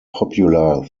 popular